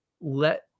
let